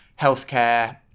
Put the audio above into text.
healthcare